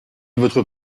votre